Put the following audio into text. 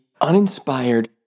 uninspired